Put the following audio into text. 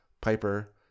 Piper